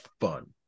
fun